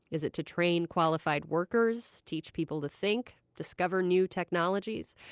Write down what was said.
is it to train qualified workers? teach people to think? discover new technologies?